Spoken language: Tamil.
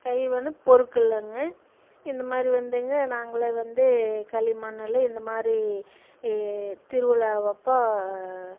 கைவினை பொருட்களுங்க இந்த மாதிரி வந்துங்க நாங்களே வந்து களி மண்ணில் இந்த மாதிரி திருவிழாவப்போ